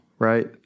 Right